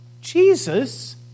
Jesus